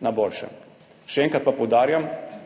na boljšem. Še enkrat pa poudarjam,